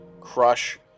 Crush